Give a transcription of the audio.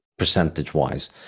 Percentage-wise